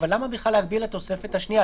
אבל למה בכלל להגביל לתוספת השנייה?